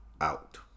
out